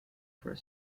for